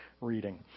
reading